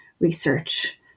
research